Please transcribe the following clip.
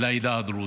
לעדה הדרוזית.